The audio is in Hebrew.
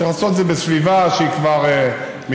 שצריך לעשות את זה בסביבה שהיא כבר מיושבת,